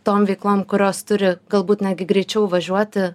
tom veiklom kurios turi galbūt netgi greičiau važiuoti